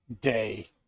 day